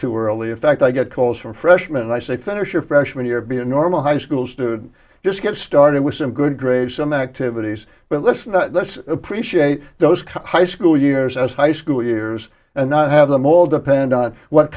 too early in fact i get calls from freshman and i say finish your freshman year be a normal high school student just get started with some good grades some activities but let's not let's appreciate those high school years as high school years and not have them all depend on what